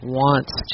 wants